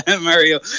Mario